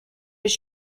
was